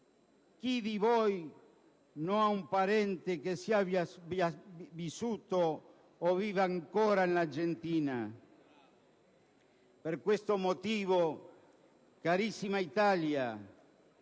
chi di voi non abbia un parente che ha vissuto o vive ancora in Argentina. Per questo motivo, carissima Italia,